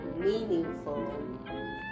meaningful